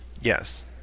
Yes